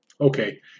Okay